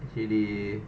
actually